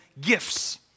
gifts